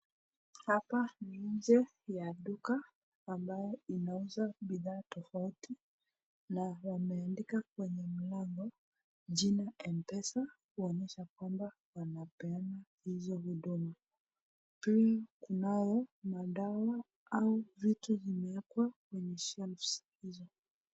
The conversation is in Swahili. Hapa ni nje ya duka ambayo inauza bidhaa tofauti na wameandika kwenye mlango jina 'M-Pesa' kuonyesha kwamba wanapeana hizo huduma. Pia kunao madawa au vitu vimewekwa kwenye shelves hizo.